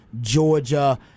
Georgia